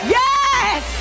yes